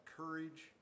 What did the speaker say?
courage